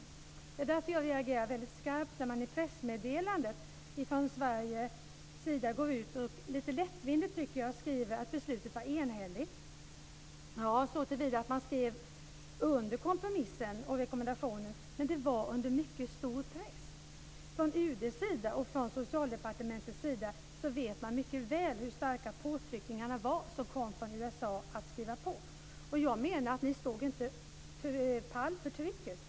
Det var därför som jag reagerade mycket skarpt när man i pressmeddelandet från svensk sida lite lättvindigt skrev att beslutet var enhälligt. Det var det ju såtillvida att man skrev under kompromissen, men det var under mycket stor press. Från UD:s och Socialdepartementets sida vet man mycket väl hur starka påtryckningarna från USA var för att Sverige skulle skriva under. Ni stod inte pall för trycket.